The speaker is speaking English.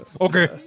Okay